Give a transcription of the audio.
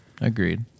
Agreed